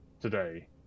today